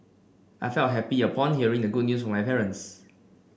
I felt happy upon hearing the good news my parents